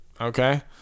Okay